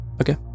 Okay